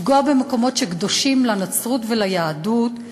לפגוע במקומות שקדושים לנצרות וליהדות,